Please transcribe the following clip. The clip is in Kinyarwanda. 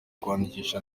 kwandikisha